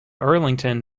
arlington